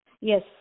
Yes